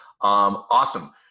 Awesome